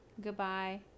goodbye